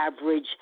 average